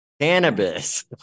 Cannabis